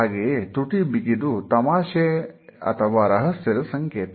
ಹಾಗೆಯೇ ತುಟಿ ಬಿಗಿದು ನಗುವುದು ತಮಾಷೆಯ ಅಥವಾ ರಹಸ್ಯದ ಸಂಕೇತ